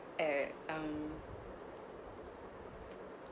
eh um